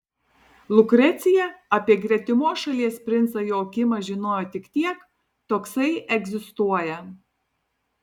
lukrecija apie gretimos šalies princą joakimą žinojo tik tiek toksai egzistuoja